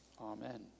Amen